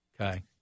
Okay